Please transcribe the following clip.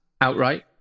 outright